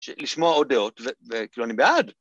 לשמוע עוד דעות ו וכאילו אני בעד.